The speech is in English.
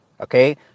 Okay